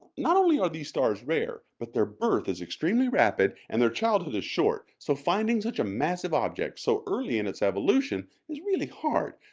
not only are these stars rare, but their birth is extremely rapid and their childhood is short, so finding such a massive object so early in its evolution is really hard,